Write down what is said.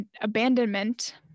abandonment